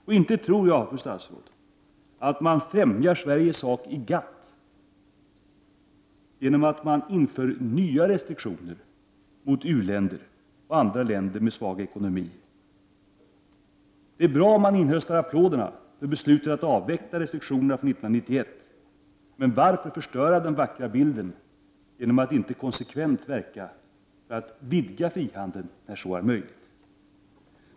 Inte heller tror jag, fru statsråd, att man främjar Sveriges sak i GATT genom att införa nya restriktioner mot u-länder och andra länder med svag ekonomi. Det är bra om man inhöstar applåderna för beslutet att avveckla restriktionerna från 1991, men varför förstöra den vackra bilden genom att inte konsekvent verka för att vidga frihandeln där så är möjligt?